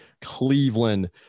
Cleveland